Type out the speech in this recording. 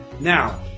Now